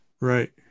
Right